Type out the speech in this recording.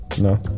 no